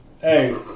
Hey